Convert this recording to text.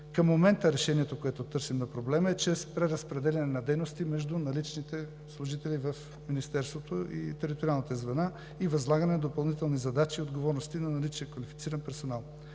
Към момента решението, което търсим, на проблема е чрез преразпределяне на дейности между наличните служители в Министерството и териториалните звена и възлагане на допълнителни задачи и отговорности на наличния квалифициран персонал.